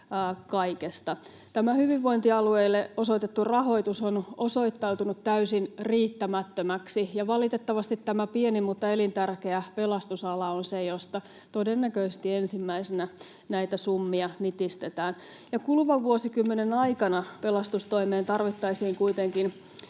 kaikesta. Tämä hyvinvointialueille osoitettu rahoitus on osoittautunut täysin riittämättömäksi, ja valitettavasti tämä pieni mutta elintärkeä pelastusala on se, josta todennäköisesti ensimmäisenä näitä summia nitistetään. Kuluvan vuosikymmenen aikana pelastustoimeen tarvittaisiin kuitenkin